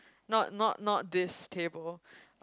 not not not this table